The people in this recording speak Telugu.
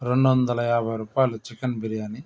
రెండువందల యాభై రూపాయలు చికెన్ బిర్యానీ